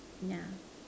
yeah